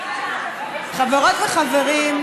חברות וחברים,